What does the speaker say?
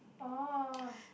oh